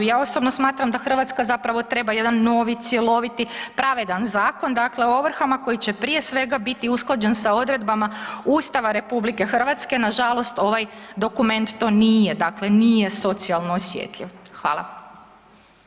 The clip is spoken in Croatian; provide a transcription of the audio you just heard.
Ja osobno smatram da Hrvatska zapravo treba jedan novi, cjeloviti, pravedan zakon dakle o ovrhama koji će prije svega biti usklađen sa odredbama Ustava RH, nažalost ovaj dokument to nije, dakle nije socijalno osjetljiv.